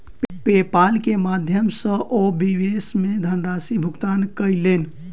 PayPal के माध्यम सॅ ओ विदेश मे धनराशि भुगतान कयलैन